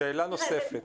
שאלה נוספת.